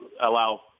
allow